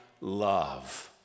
Love